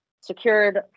secured